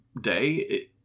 day